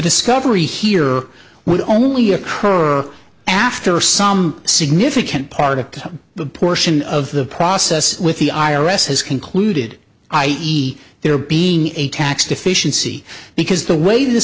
discovery here would only occur after some significant part of the portion of the process with the i r s has concluded i e there being a tax deficiency because the way th